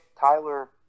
Tyler